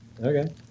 Okay